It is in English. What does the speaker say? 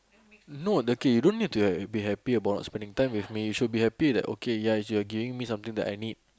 no the K you don't need to like be happy about not spending time with me you should be happy that okay ya you are giving me something that I need